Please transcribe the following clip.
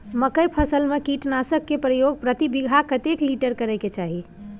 मकई फसल में कीटनासक के प्रयोग प्रति बीघा कतेक लीटर करय के चाही?